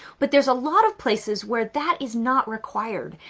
but there's a lot of places where that is not required.